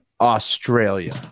Australia